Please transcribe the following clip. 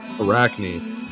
Arachne